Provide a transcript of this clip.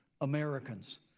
Americans